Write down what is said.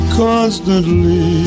constantly